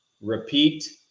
repeat